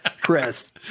Chris